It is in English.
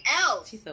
else